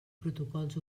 protocols